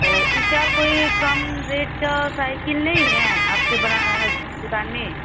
ओ इससे और कोई कम रेट का साइकिल नहीं है आपके दुकान में